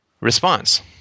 response